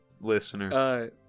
listener